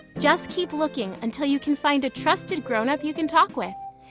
just keep looking until you can find a trusted grownup you can talk with.